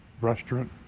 restaurant